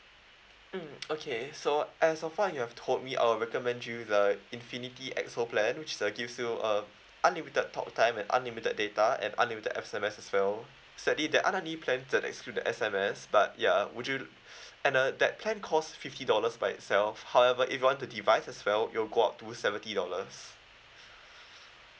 mm okay so uh so far you have told me I'll recommend you the infinity X_O plan which uh gives you uh unlimited talk time and unlimited data and unlimited S_M_S as well sadly there aren't any plan that exclude the S_M_S but yeah would you and uh that plan cost fifty dollars by itself however if you want the device as well it will go up to seventy dollars